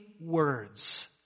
words